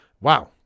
Wow